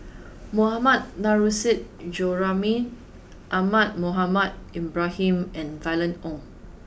Mohammad Nurrasyid Juraimi Ahmad Mohamed Ibrahim and Violet Oon